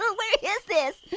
um where is this?